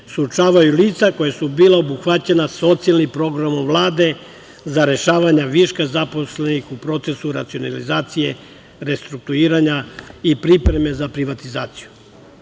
suočavaju lica koja su bila obuhvaćena socijalnim programom Vlade za rešavanje viška zaposlenih u procesu racionalizacije, restrukturiranja i pripreme za privatizaciju.